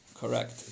Correct